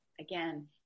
again